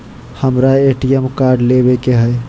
हमारा ATM card लेव के हई